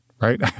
right